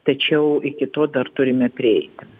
tačiau iki to dar turime prieiti